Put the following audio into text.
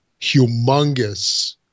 humongous